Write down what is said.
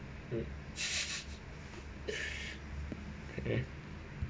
mm okay